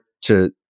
to-